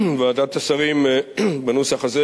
ועדת השרים בנוסח הזה,